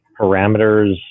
parameters